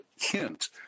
hint